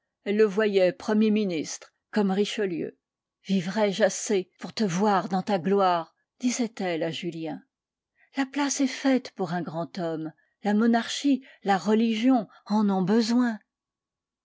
elle le voyait premier ministre comme richelieu vivrai je assez pour te voir dans ta gloire disait-elle à julien la place est faite pour un grand homme la monarchie la religion en ont besoin